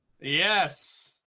Yes